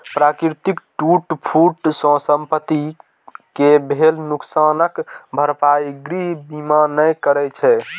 प्राकृतिक टूट फूट सं संपत्ति कें भेल नुकसानक भरपाई गृह बीमा नै करै छै